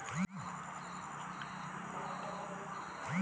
Online bill कसा करु शकतव?